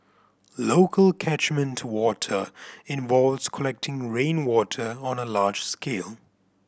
local catchment water involves collecting rainwater on a large scale